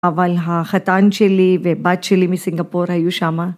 אבל החתן שלי והבת שלי מסינגפור היו שמה